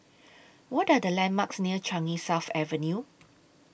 What Are The landmarks near Changi South Avenue